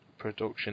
-production